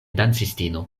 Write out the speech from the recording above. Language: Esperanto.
dancistino